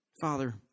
Father